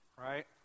right